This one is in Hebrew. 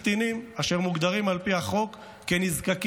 קטינים אשר מוגדרים על פי החוק כנזקקים,